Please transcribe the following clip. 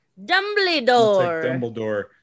Dumbledore